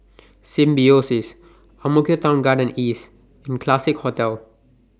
Symbiosis Ang Mo Kio Town Garden East and Classique Hotel